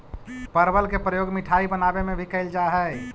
परवल के प्रयोग मिठाई बनावे में भी कैल जा हइ